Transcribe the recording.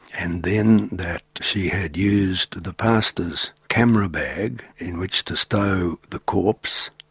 and then that she had used the pastor's camera bag in which to stow the corpse,